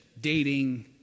dating